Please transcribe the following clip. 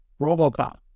Robocop